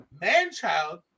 man-child